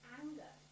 anger